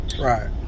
Right